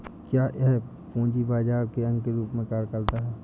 क्या यह पूंजी बाजार के अंग के रूप में कार्य करता है?